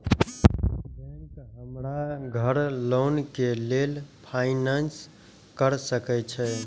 Bank हमरा घर loan के लेल फाईनांस कर सके छे?